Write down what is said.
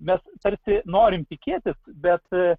mes tarsi norim tikėti bet